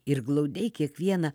ir glaudei kiekvieną